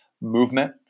movement